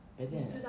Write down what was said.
but then